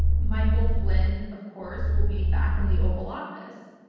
michael flynn, of course, will be back in the oval office.